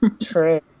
True